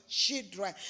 children